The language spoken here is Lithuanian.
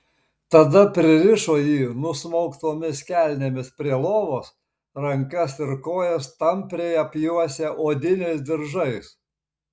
tada pririšo jį nusmauktomis kelnėmis prie lovos rankas ir kojas tampriai apjuosę odiniais diržais